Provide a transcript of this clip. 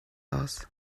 aus